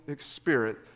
spirit